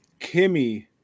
Kimmy